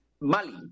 Mali